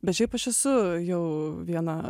bet šiaip aš esu jau vieną